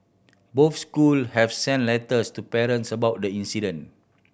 both school have sent letters to parents about the incident